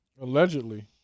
Allegedly